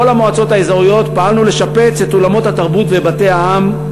בכל המועצות האזוריות פעלנו לשפץ את אולמות התרבות ובתי-העם,